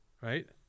right